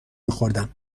میخوردم